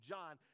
John